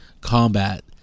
combat